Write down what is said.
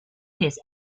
his